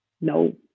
no